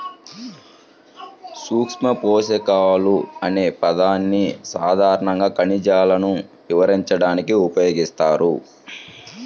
సూక్ష్మపోషకాలు అనే పదాన్ని సాధారణంగా ఖనిజాలను వివరించడానికి ఉపయోగిస్తారు